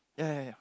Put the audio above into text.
ya ya ya ya